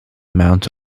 mount